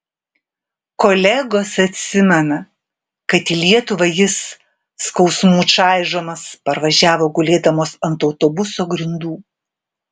kolegos atsimena kad į lietuvą jis skausmų čaižomas parvažiavo gulėdamas ant autobuso grindų